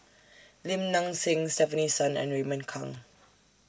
Lim Nang Seng Stefanie Sun and Raymond Kang